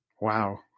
Wow